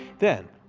then,